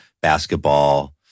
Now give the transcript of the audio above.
basketball